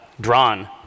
drawn